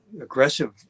aggressive